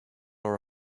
are